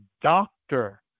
doctor